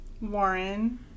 Warren